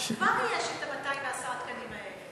אז כבר יש את 210 התקנים האלה.